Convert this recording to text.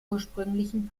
ursprünglichen